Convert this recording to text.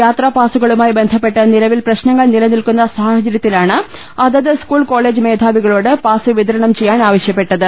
യാത്രാ പാസുകളുമായി ബന്ധപ്പെട്ട് നിലവിൽ പ്രശ്നങ്ങൾ നില നിൽക്കുന്ന സാഹചര്യത്തിലാണ് അതത് സ്കൂൾ കോളേജ് മേധാവികളോട് പാസ് വിതരണം ചെയ്യാൻ ആവശ്യപ്പെട്ടത്